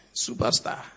Superstar